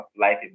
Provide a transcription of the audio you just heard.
life